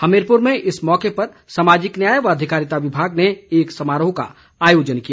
हमीरपुर में इस मौके पर सामाजिक न्याय व अधिकारिता विभाग ने एक समारोह का आयोजन किया